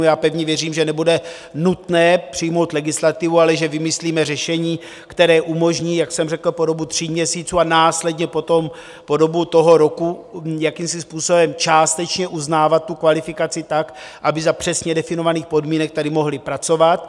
Já pevně věřím, že nebude nutné přijmout legislativu, ale že vymyslíme řešení, které umožní, jak jsem řekl, po dobu tří měsíců a následně potom po dobu toho roku jakýmsi způsobem částečně uznávat tu kvalifikaci tak, aby za přesně definovaných podmínek tady mohli pracovat.